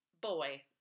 boy